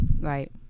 right